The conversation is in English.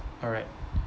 alright